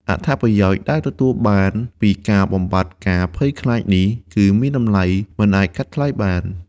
អត្ថប្រយោជន៍ដែលទទួលបានពីការបំបាត់ការភ័យខ្លាចនេះ គឺមានតម្លៃមិនអាចកាត់ថ្លៃបាន។